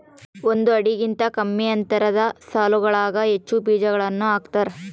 ಒಂದು ಅಡಿಗಿಂತ ಕಮ್ಮಿ ಅಂತರದ ಸಾಲುಗಳಾಗ ಹೆಚ್ಚು ಬೀಜಗಳನ್ನು ಹಾಕ್ತಾರ